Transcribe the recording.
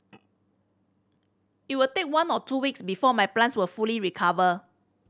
it will take one or two weeks before my plants will fully recover